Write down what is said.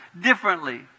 differently